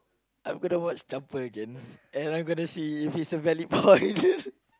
I'm going to watch jumper again and I'm going to see if he's a valid power